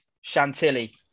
Chantilly